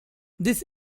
this